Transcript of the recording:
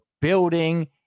building